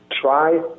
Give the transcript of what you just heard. Try